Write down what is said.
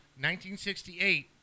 1968